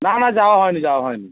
না না যাওয়া হয় নি যাওয়া হয় নি